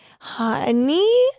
Honey